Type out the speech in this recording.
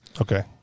Okay